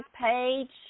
page